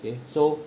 K so